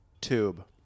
tube